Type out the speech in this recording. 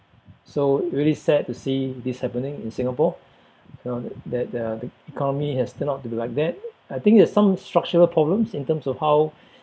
so really sad to see this happening in Singapore you know that the the economy has turned out to be like that I think there's some structural problems in terms of how